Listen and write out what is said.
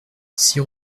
six